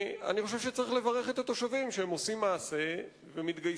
אני חושב שצריך לברך את התושבים שהם עושים מעשה ומתגייסים,